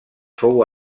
fou